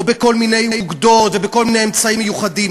או בכל מיני אוגדות ובכל מיני אמצעים מיוחדים,